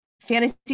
fantasy